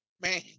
man